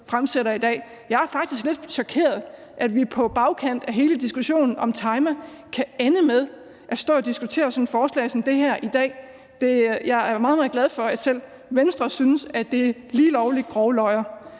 fremsætter i dag. Jeg er faktisk lidt chokeret over, at vi på bagkant af hele diskussionen om Tajma kan ende med at stå og diskutere sådan et forslag som det her i dag. Jeg er meget, meget glad for, at selv Venstre synes, at det er lige lovlig grove løjer.